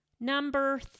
Number